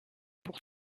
pour